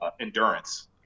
endurance